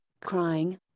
crying